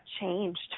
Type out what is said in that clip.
changed